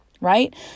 right